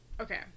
okay